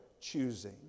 Choosing